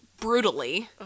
brutally